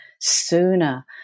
sooner